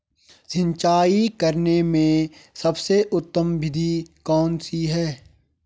सिंचाई करने में सबसे उत्तम विधि कौन सी है?